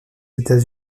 états